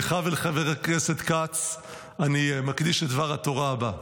לך ולחבר הכנסת כץ אני מקדיש את דבר התורה הבא.